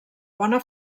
bona